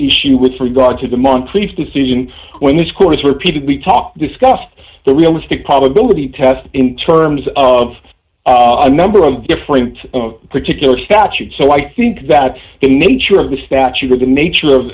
issue with regard to the monthly's decision when this course repeated we talked discussed the realistic probability test in terms of a number of different particular statute so i think that the nature of the statute or the nature of